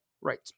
Right